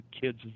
kids